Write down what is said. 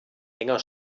enger